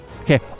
Okay